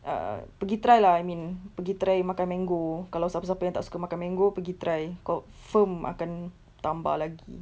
err pergi try lah I mean pergi try makan mango kalau siapa siapa yang tak suka makan mango pergi try confirm akan tambah lagi